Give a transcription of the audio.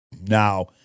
Now